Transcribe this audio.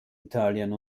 italien